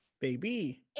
Baby